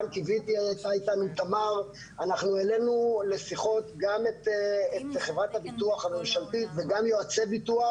אנחנו העלינו לשיחות גם את חברת הביטוח הממשלתית וגם יועצי ביטוח.